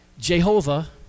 Jehovah